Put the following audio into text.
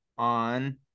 on